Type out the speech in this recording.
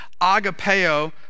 agapeo